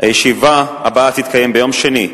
הישיבה הבאה תתקיים ביום שני,